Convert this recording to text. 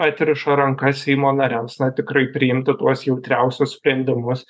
atriša rankas seimo nariams na tikrai priimti tuos jautriausius sprendimus